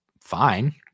fine